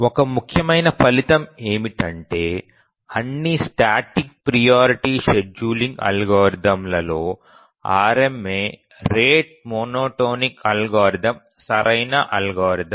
ఒక ముఖ్యమైన ఫలితం ఏమిటంటే అన్ని స్టాటిక్ ప్రియారిటీ షెడ్యూలింగ్ అల్గోరిథంలలో RMA రేటు మోనోటోనిక్ అల్గోరిథం సరైన అల్గోరిథం